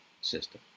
system